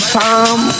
time